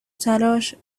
تلاش